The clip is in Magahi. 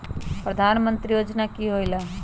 प्रधान मंत्री योजना कि होईला?